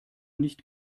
nicht